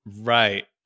right